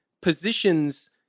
positions